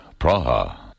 Praha